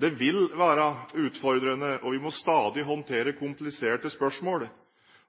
Det vil være utfordrende, og vi må stadig håndtere kompliserte spørsmål.